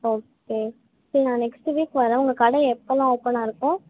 okay சரி நான் next week வரேன் உங்கள் கடை எப்போலாம் ஓப்பனாக இருக்கும்